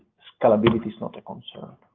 scalability is not a concern.